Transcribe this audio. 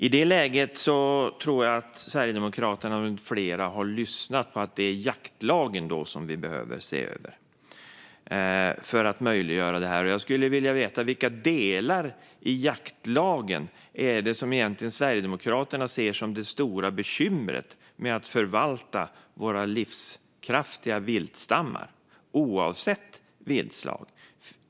I det läget tror jag att Sverigedemokraterna med flera har lyssnat och fått höra att det är jaktlagen som vi behöver se över för att möjliggöra det här. Jag skulle vilja veta vilka delar i jaktlagen som Sverigedemokraterna egentligen ser som det stora bekymret när det gäller att förvalta våra livskraftiga viltstammar, oavsett viltslag.